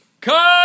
Cut